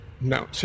No